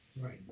right